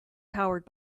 powered